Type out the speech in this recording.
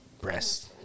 Breast